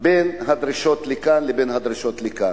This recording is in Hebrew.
בין הדרישות כאן לבין הדרישות כאן.